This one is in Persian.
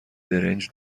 برنج